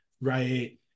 right